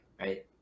right